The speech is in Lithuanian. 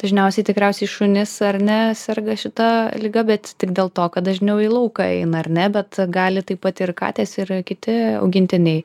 dažniausiai tikriausiai šunis ar ne serga šita liga bet tik dėl to kad dažniau į lauką eina ar ne bet gali taip pat ir katės ir kiti augintiniai